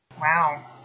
Wow